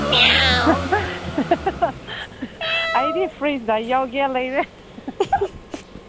ꯑꯩꯗꯤ ꯐ꯭ꯔꯤꯖꯇ ꯌꯥꯎꯒꯦ ꯂꯩꯔꯦ